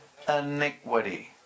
iniquity